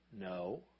No